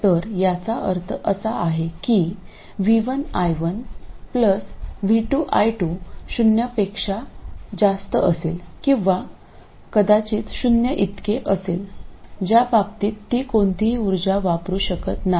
तर याचा अर्थ असा आहे की v1 i1 v2 i2 शून्यापेक्षा जास्त असेल किंवा कदाचित शून्याइतके असेल ज्या बाबतीत ती कोणतीही उर्जा वापरू शकत नाही